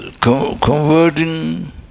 converting